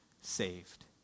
saved